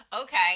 okay